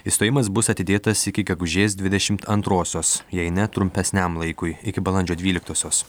išstojimas bus atidėtas iki gegužės dvidešimt antrosios jei ne trumpesniam laikui iki balandžio dvyliktosios